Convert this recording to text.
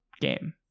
game